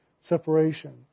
separation